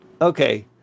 Okay